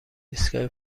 ایستگاه